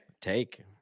take